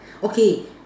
okay